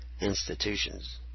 institutions